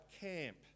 camp